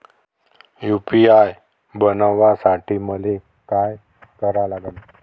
UPI बनवासाठी मले काय करा लागन?